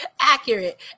accurate